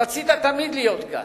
רצית תמיד להיות כאן,